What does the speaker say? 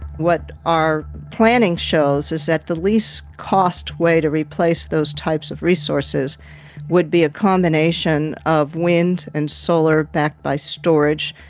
what our planning shows is at the least cost way to replace those types of resources would be a combination of wind and solar, backed by storage,